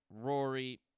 Rory